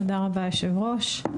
תודה רבה היושב ראש,